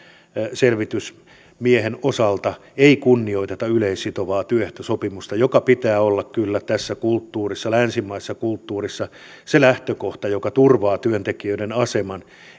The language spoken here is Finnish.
selvitysmiehen osalta ei kunnioiteta yleissitovaa työehtosopimusta jonka pitää olla kyllä tässä länsimaisessa kulttuurissa se lähtökohta joka turvaa työntekijöiden aseman